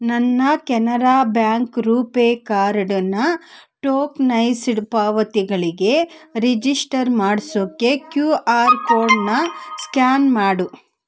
ನನ್ನ ಕೆನರಾ ಬ್ಯಾಂಕ್ ರೂಪೇ ಕಾರ್ಡನ್ನು ಟೋಕ್ನೈಸ್ಡ್ ಪಾವತಿಗಳಿಗೆ ರಿಜಿಶ್ಟರ್ ಮಾಡ್ಸೋಕ್ಕೆ ಕ್ಯೂ ಆರ್ ಕೋಡನ್ನ ಸ್ಕ್ಯಾನ್ ಮಾಡು